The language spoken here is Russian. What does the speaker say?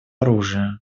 оружия